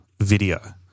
video